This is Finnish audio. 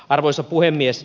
arvoisa puhemies